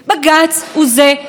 והוא ממשיך ומכשיר,